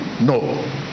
no